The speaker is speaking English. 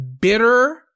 bitter